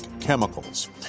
chemicals